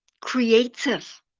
creative